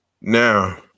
Now